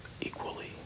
equally